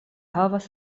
havas